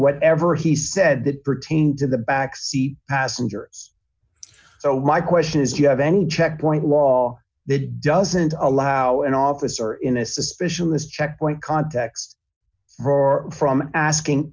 whatever he said that pertained to the back seat passenger so my question is you have any checkpoint law that doesn't allow an officer in a suspicious checkpoint context from asking